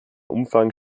umfang